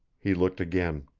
he looked again.